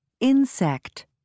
Insect